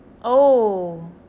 oh